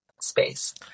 space